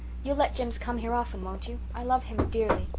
you'll let jims come here often, won't you? i love him dearly.